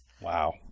wow